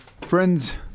friends